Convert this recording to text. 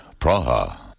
Praha